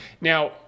Now